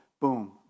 boom